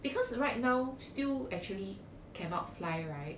because right now still actually cannot fly right